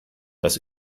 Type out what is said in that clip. das